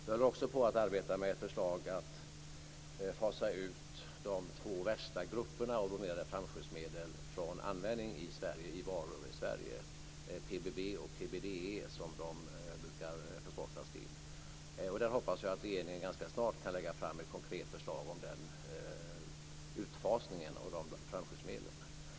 Vi arbetar också med ett förslag att fasa ut de två värsta grupperna av bromerade flamskyddsmedel från användning i varor i Sverige, PBB och PBDE som de brukar förkortas. Jag hoppas att regeringen ganska snart kan lägga fram ett konkret förslag om utfasningen av de flamskyddsmedlen.